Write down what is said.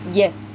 yes